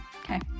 Okay